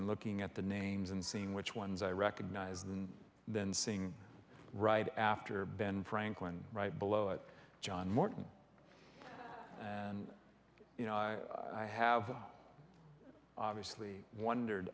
and looking at the names and seeing which ones i recognize and then seeing right after ben franklin right below it john morton and you know i have obviously wondered